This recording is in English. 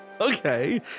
Okay